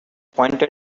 pointed